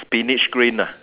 spinach green ah